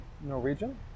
Norwegian